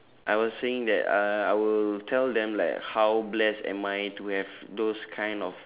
I was saying that uh I will tell them like how blessed am I to have those kind of